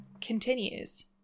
continues